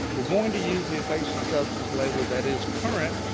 we're going to use the infectious substance label that is current,